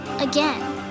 again